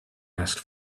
asked